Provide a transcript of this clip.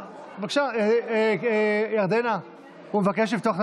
ירדנה, הוא מבקש לפתוח את